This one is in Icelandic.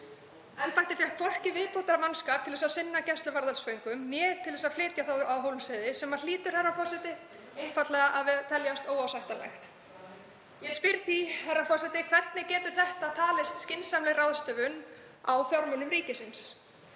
Embættið fékk hvorki viðbótarmannskap til að sinna gæsluvarðhaldsföngum né til þess að flytja þá á Hólmsheiði, sem hlýtur, herra forseti, einfaldlega að teljast óásættanlegt. Ég spyr því, herra forseti: Hvernig getur þetta talist skynsamleg ráðstöfun á fjármunum ríkisins?